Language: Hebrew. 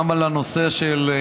גם על הנושא של,